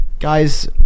Guys